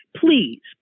Please